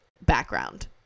background